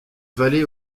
vallée